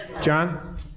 John